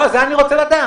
לא, אני רוצה לדעת.